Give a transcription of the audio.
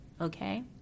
okay